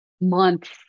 months